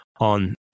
on